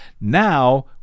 Now